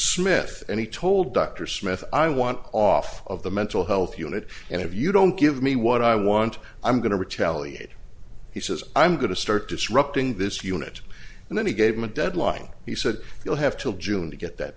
smith and he told dr smith i want off of the mental health unit and if you don't give me what i want i'm going to retaliate he says i'm going to start disrupting this unit and then he gave me a deadline he said you'll have to june to get that